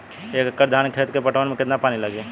एक एकड़ धान के खेत के पटवन मे कितना पानी लागि?